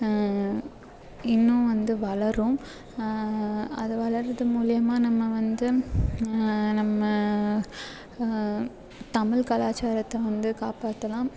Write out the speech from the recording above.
இன்னும் வந்து வளரும் அது வளர்றது மூலியமாக நம்ம வந்து நம்ம தமிழ் கலாச்சாரத்தை வந்து காப்பாற்றலாம்